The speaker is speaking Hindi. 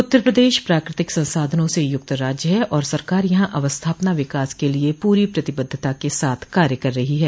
उत्तर प्रदेश प्राकृतिक संसाधनों से युक्त राज्य है और सरकार यहां अवस्थापना विकास के लिये पूरी प्रतिबद्धता के साथ कार्य कर रही है